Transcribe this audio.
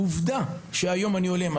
עובדה היא שהיום אני עולה לירושלים,